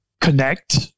connect